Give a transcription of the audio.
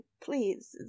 Please